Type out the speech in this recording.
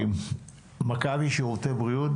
נציגת מכבי שירותי בריאות,